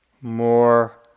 more